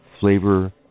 flavor